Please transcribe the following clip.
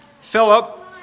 Philip